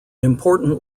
important